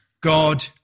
God